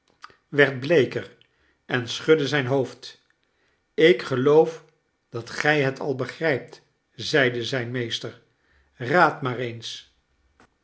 werd bleeker en schudde zijn hoofd ik geloof dat gij het al begrijpt zeide zijn meester raad maar eens